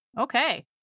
Okay